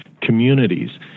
communities